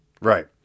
Right